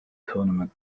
tournament